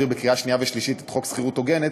בקריאה שנייה ושלישית את חוק שכירות הוגנת,